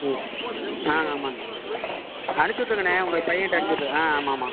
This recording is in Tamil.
ம் ஆ ஆமாம்ண்ணே அனுப்பிச்சி விட்ருங்கண்ணே உங்கள் பையன்கிட்ட அனுப்பிச்சுட்ருங்க ஆமாம் ஆமாம்